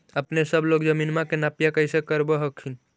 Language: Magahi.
अपने सब लोग जमीनमा के नपीया कैसे करब हखिन?